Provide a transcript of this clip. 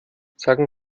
sagen